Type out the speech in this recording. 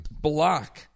block